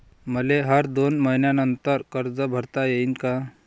मले हर दोन मयीन्यानंतर कर्ज भरता येईन का?